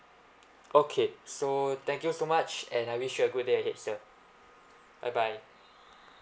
okay so thank you so much and I wish you a good day ahead sir bye bye